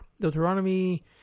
Deuteronomy